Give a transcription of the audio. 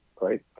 right